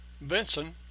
Vincent